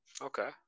Okay